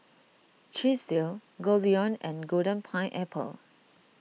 Chesdale Goldlion and Golden Pineapple